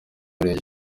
murenge